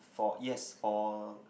for yes for